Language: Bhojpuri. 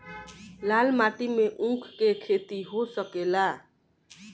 लाल माटी मे ऊँख के खेती हो सकेला?